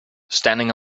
standing